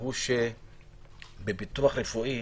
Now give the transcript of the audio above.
הוא שבביטוח רפואי